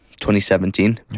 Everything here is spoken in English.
2017